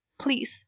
Please